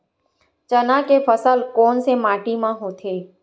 चना के फसल कोन से माटी मा होथे?